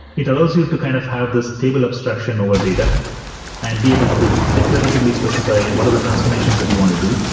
it allows you to kind of have this table abstraction over data and be able to declaratively specify what are the transformations that you want to do.